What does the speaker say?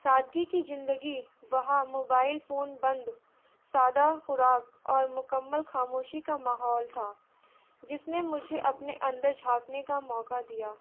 سادگی کی زندگی وہاں موبائل فون بند سادہ خوراک اور مکمل خاموشی کا ماحول تھا جس نے مجھے اپنے اندر جھانکنے کا موقع دیا